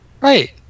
Right